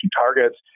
targets